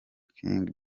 king